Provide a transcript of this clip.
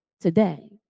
today